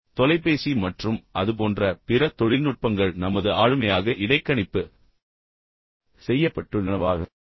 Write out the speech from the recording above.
இப்போது தொலைபேசி மற்றும் அது போன்ற பிற தொழில்நுட்பங்கள் நமது ஆளுமையாக இடைக்கணிப்பு செய்யப்பட்டுள்ளனவா